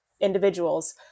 individuals